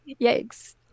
Yikes